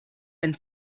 and